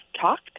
talked